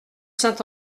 saint